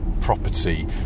property